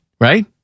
right